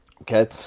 okay